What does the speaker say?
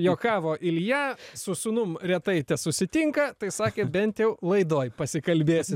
juokavo ilja su sūnum retai tesusitinka tai sakė bent jau laidoj pasikalbėsi